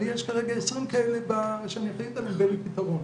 לי יש כרגע 20 כאלה ואין לי פתרון.